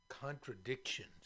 contradictions